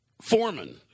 Foreman